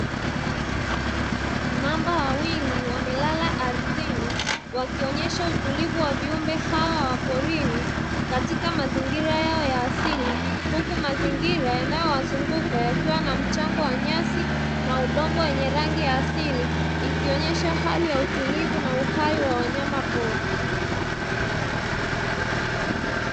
Mamba wawili wamelala ardhini wakionyesha utulivu wa viumbe hawa wa porini katika mazingira yao ya asili; huku mazingira yanayowazunguka, yakiwa na mchango wa nyasi na udongo wenye rangi ya asili ikionyesha hali ya utulivu na uhai wa wanyama pori.